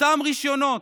אותם רישיונות.